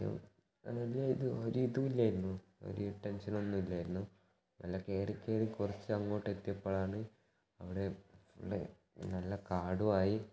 ആദ്യം ഒരു ഒരു ഇതും ഇല്ലായിരുന്നു ഒരു ടെൻഷൻ ഒന്നും ഇല്ലായിരുന്നു മല കയറി കയറി കുറച്ച് അങ്ങോട്ട് എത്തിയപ്പഴാണ് അവിടെ നല്ല കാടും ആയി